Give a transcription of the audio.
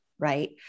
right